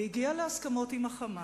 והגיע להסכמות עם ה"חמאס",